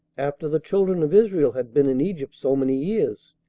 after the children of israel had been in egypt so many years,